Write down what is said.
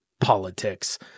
politics